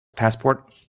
passport